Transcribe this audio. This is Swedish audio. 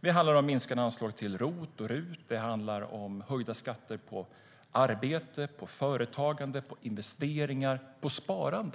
Det handlar om minskade anslag till ROT och RUT. Det handlar om höjda skatter på arbete, företagande, investeringar och sparande.